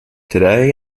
today